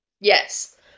Yes